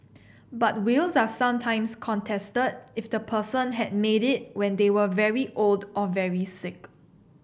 but wills are sometimes contested if the person had made it when they were very old or very sick